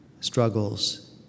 struggles